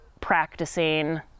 practicing